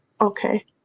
Okay